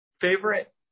Favorite